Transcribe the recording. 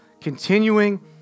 continuing